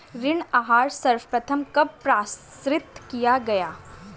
ऋण आहार सर्वप्रथम कब प्रसारित किया गया?